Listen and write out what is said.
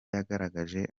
yagaragaje